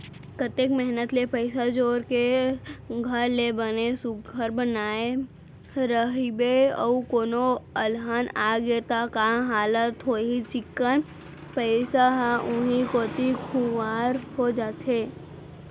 अतेक मेहनत ले पइसा जोर के घर ल बने सुग्घर बनाए रइबे अउ कोनो अलहन आगे त का हाल होही चिक्कन पइसा ह उहीं कोती खुवार हो जाथे